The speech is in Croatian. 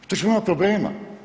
To ćemo imati problema.